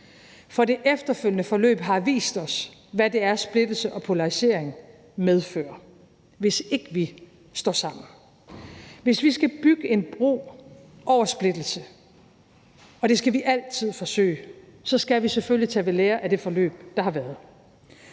For det efterfølgende forløb har vist os, hvad det er, splittelse og polarisering medfører, hvis ikke vi står sammen. Hvis vi skal bygge en bro over splittelse – og det skal vi altid forsøge – skal vi selvfølgelig tage ved lære af det forløb, der har været.